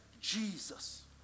Jesus